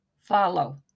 Follow